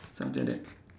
something like that